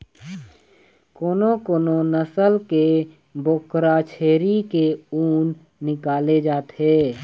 कोनो कोनो नसल के बोकरा छेरी के ऊन निकाले जाथे